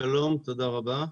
שלום, תודה רבה.